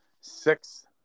six